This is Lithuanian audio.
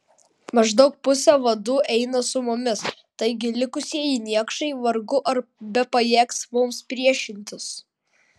maždaug pusė vadų eina su mumis taigi likusieji niekšai vargu ar bepajėgs mums priešintis